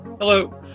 Hello